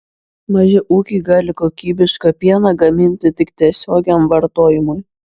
maži ūkiai gali kokybišką pieną gaminti tik tiesiogiam vartojimui